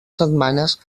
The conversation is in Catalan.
setmanes